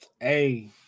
Hey